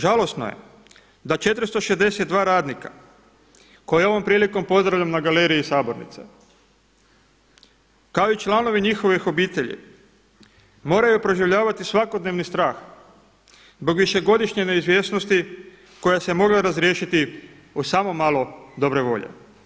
Žalosno je da 462 radnika koje ovom prilikom pozdravljam na galeriji sabornice, kao i članovi njihovih obitelji moraju proživljavati svakodnevni strah zbog višegodišnje neizvjesnosti koja se mogla razriješiti uz samo malo dobre volje.